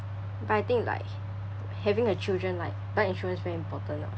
but I think like h~ having uh children like buy insurance very important lah